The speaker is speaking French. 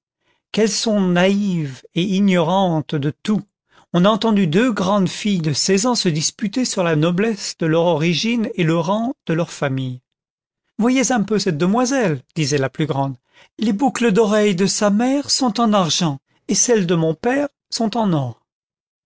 qu'elles sont naïves et ignorantes de tout on a entendu deux grandes filles de seize ans se disputer sur la noblesse de leur origine et le rang de leurs familles content from google book search generated at voyez un peu cette demoiselle disait la plus grande les boucles d'oreilles de sa mère sont en argent et celles de mon père sont en or